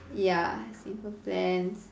ya simple plan